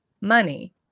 money